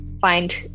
find